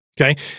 Okay